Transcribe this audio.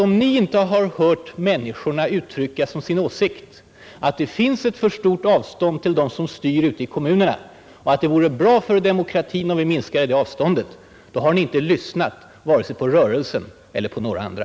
Om ni inte har hört människorna uttrycka som sin åsikt att det finns ett för stort avstånd till dem som styr ute i kommunerna och att det vore bra för demokratin, om vi minskade det avståndet, då har ni inte lyssnat vare sig på rörelsen eller på några andra.